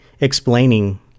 explaining